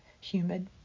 humid